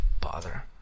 bother